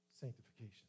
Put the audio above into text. Sanctification